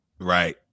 right